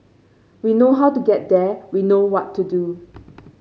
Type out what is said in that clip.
we know how to get there we know what to do